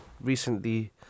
recently